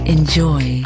Enjoy